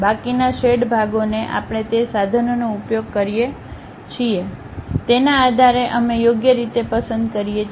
બાકીના શેડ ભાગોને આપણે તે સાધનોનો ઉપયોગ કરીએ છીએ તેના આધારે અમે યોગ્ય રીતે પસંદ કરીએ છીએ